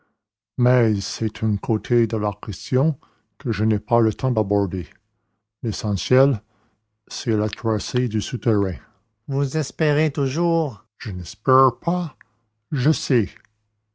mais c'est un côté de la question que je n'ai pas le temps d'aborder l'essentiel c'est le tracé du souterrain vous espérez toujours je n'espère pas je sais